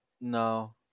No